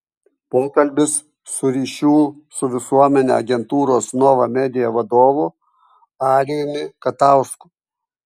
pokalbis su ryšių su visuomene agentūros nova media vadovu arijumi katausku